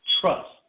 Trust